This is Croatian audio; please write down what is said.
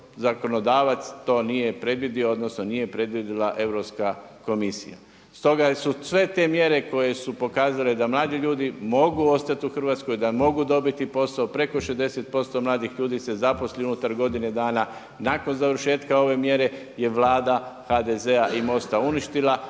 zakonodavac to nije predvidio odnosno nije predvidjela Europska komisija. Stoga su sve te mjere koje su pokazale da mladi ljudi mogu ostati u Hrvatskoj, da mogu dobiti posao preko 60% mladih ljudi se zaposli unutar godine dana, nakon završetka ove mjere je Vlada HDZ-a i MOST-a uništila.